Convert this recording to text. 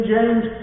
James